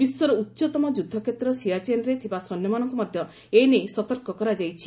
ବିଶ୍ୱର ଉଚ୍ଚତମ ଯୁଦ୍ଧକ୍ଷେତ୍ର ସିଆଚେନରେ ଥିବା ସୈନ୍ୟମାନଙ୍କୁ ମଧ୍ୟ ଏ ନେଇ ସତର୍କ କରାଯାଇଛି